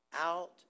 out